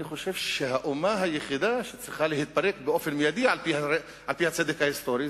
אני חושב שהאומה היחידה שצריכה להתפרק באופן מיידי על-פי הצדק ההיסטורי,